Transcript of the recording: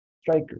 striker